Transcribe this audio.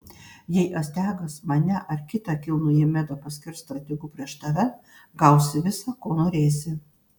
jei astiagas mane ar kitą kilnųjį medą paskirs strategu prieš tave gausi visa ko norėsi